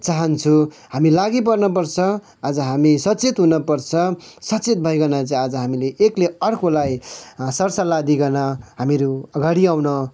चाहन्छु हामी लागिपर्न पर्छ आज हामी सचेत हुन पर्छ सचेत भइकन चाहिँ आज हामीले एकले अर्कोलाई सरसल्लाह दिइकन हामीहरू अगाडि आउन